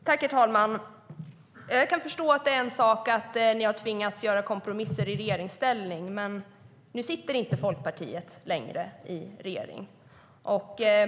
Herr talman! Jag kan förstå att det är en sak att ni har tvingats göra kompromisser i regeringsställning, men nu sitter inte Folkpartiet längre i regeringen.